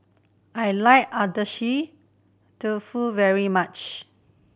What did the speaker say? I like Agedashi Dofu very much